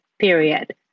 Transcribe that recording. period